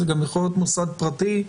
זה גם יכול להיות מוסד פרטי.